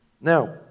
Now